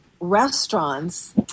restaurants